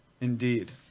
Indeed